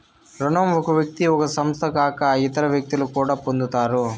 రుణం ఒక వ్యక్తి ఒక సంస్థ కాక ఇతర వ్యక్తులు కూడా పొందుతారు